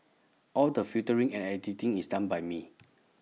all the filtering and editing is done by me